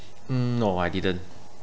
mm no I didn't